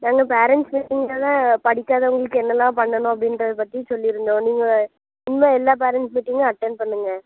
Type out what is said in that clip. நாங்கள் பேரெண்ட்ஸ் மீட்டிங்கில் தான் படிக்காதவங்களுக்கு என்னெல்லாம் பண்ணணும் அப்படின்றத பற்றி சொல்லிருந்தோம் நீங்கள் இனிமே எல்லா பேரெண்ட்ஸ் மீட்டிங்கும் அட்டென் பண்ணுங்க